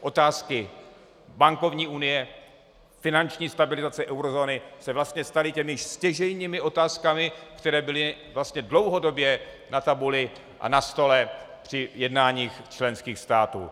Otázky bankovní unie, finanční stabilizace eurozóny se vlastně staly stěžejními otázkami, které byly vlastně dlouhodobě na tabuli a na stole při jednáních členských států.